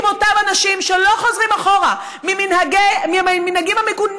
עם אותם אנשים שלא חוזרים אחורה מהמנהגים המגונים